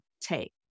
take